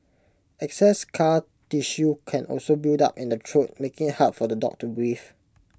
excess scar tissue can also build up in the throat making hard for the dog to breathe